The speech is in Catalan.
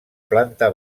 planta